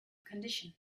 condition